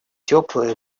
теплые